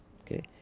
okay